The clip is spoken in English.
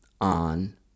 on